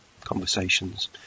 conversations